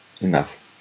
enough